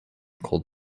called